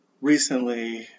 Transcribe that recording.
recently